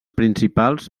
principals